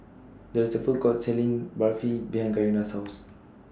There IS A Food Court Selling Barfi behind Karina's House